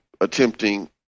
attempting